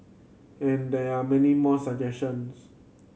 and there are many more suggestions